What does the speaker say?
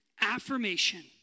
Affirmation